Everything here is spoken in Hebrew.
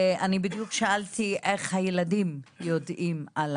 אני בדיוק שאלתי איך הילדים יודעים על